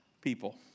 people